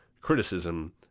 criticism